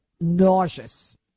nauseous